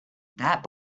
that